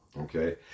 Okay